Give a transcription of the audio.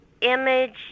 image